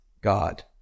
God